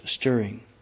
stirring